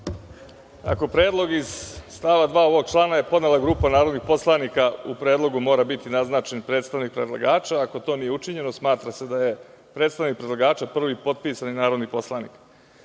je predlog iz stava 2. ovog člana podnela grupa narodnih poslanika, u predlogu mora biti naznačen predstavnik predlagača, ako to nije učinjeno, smatra se da je predstavnik predlagača prvi potpisani narodni poslanik. Pošto